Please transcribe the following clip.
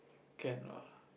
can lah